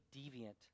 deviant